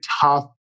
tough